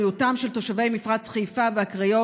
בריאותם של תושבי מפרץ חיפה והקריות